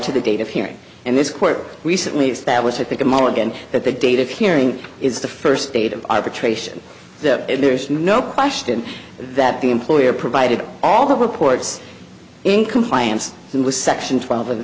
to the date of hearing and this court recently is that was to pick them all again that the date of hearing is the first date of arbitration that there's no question that the employer provided all the reports in compliance with section twelve of